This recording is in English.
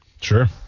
sure